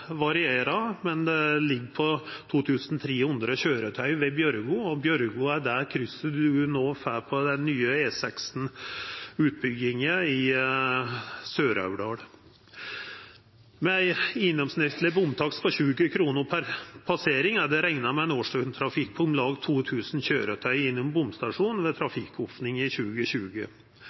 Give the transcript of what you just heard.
varierer, men ligg på 2 300 køyretøy ved Bjørgo, og Bjørgokrysset er det krysset ein no får med den nye E16-utbygginga i Sør-Aurdal. Med ein gjennomsnittleg bomtakst på 20 kr per passering er det rekna med ein årsdøgntrafikk på om lag 2 000 køyretøy gjennom bomstasjonen ved trafikkopning i 2020.